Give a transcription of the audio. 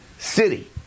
City